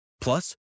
Plus